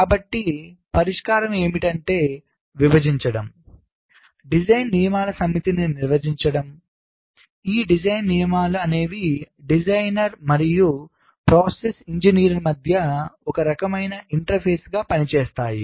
కాబట్టి పరిష్కారం ఏమిటంటే విభజించడం డిజైన్ నియమాల సమితిని నిర్వచించడం ఈ డిజైన్ నియమాలు అనేవి డిజైనర్ మరియు ప్రాసెస్ ఇంజనీర్ను మధ్య ఒక రకమైన ఇంటర్ఫేస్గా9interface పనిచేస్తాయి